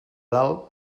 dalt